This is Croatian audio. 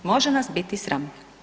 Može nas biti sram.